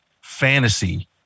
fantasy